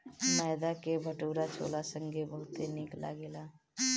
मैदा के भटूरा छोला संगे बहुते निक लगेला